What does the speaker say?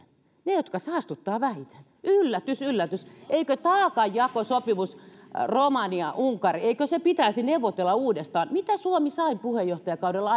ne jotka saastuttavat vähiten yllätys yllätys eikö taakanjakosopimus romania unkari pitäisi neuvotella uudestaan mitä suomi sai puheenjohtajakaudella